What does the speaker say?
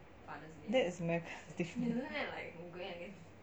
that is America's thing